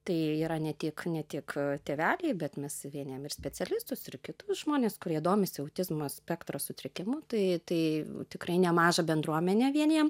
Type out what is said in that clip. tai yra ne tik ne tik tėveliai bet mes vienijam ir specialistus ir kitus žmones kurie domisi autizmo spektro sutrikimu tai tai tikrai nemažą bendruomenę vienijam